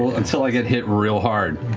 until i get hit real hard.